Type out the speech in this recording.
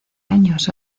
años